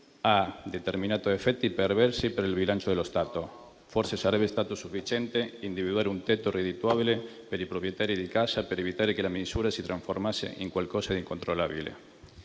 ha determinato effetti perversi per il bilancio dello Stato; forse sarebbe stato sufficiente individuare un tetto reddituale per i proprietari di casa, per evitare che la misura si trasformasse in qualcosa di incontrollabile.